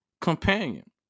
companion